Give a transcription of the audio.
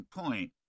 point